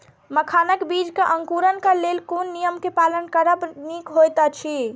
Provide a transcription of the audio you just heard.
मखानक बीज़ क अंकुरन क लेल कोन नियम क पालन करब निक होयत अछि?